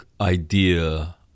idea